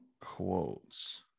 Quotes